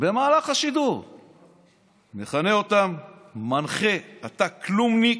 במהלך השידור מכנה אותם: מנחה, אתה כלומניק,